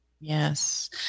Yes